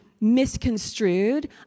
misconstrued